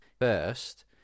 First